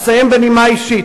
"אסיים בנימה אישית.